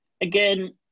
again